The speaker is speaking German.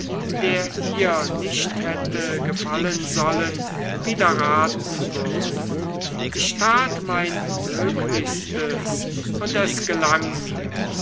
der ihr nicht hätte gefallen sollen widerraten würde ich tat mein möglichstes und es gelang mir